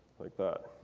like that.